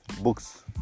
books